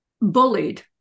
bullied